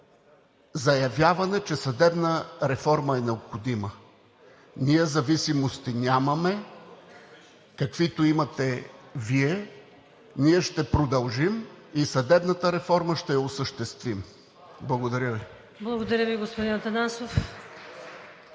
заявяване, че съдебна реформа е необходима. Ние зависимости нямаме, каквито имате Вие. Ние ще продължим и съдебната реформа ще я осъществим. Благодаря Ви. ПРЕДСЕДАТЕЛ ВИКТОРИЯ